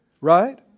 right